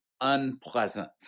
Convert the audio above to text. unpleasant